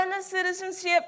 citizenship